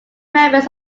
members